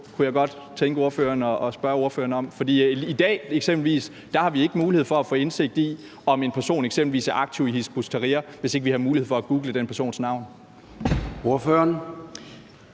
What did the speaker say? Det kunne jeg godt tænke mig at spørge ordføreren om. For i dag har vi ikke mulighed for at få indsigt i, om en person eksempelvis er aktiv i Hizb ut-Tahrir, hvis ikke vi har mulighed for at google den persons navn. Kl.